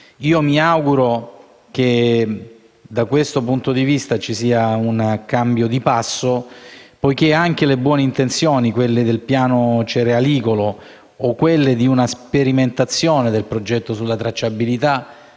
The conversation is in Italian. Mi auguro che da questo punto di vista ci sia un cambio di passo, poiché anche le buone intenzioni, quelle del piano cerealicolo o di una sperimentazione del progetto sulla tracciabilità,